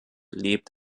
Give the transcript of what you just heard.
lebt